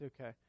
okay